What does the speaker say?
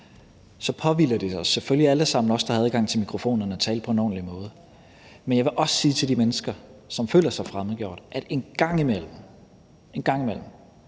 Så påhviler det jo selvfølgelig alle os, der har adgang til mikrofonerne, at tale på en ordentlig måde. Men jeg vil også sige til de mennesker, som føler sig fremmedgjort, at en gang imellem – en gang imellem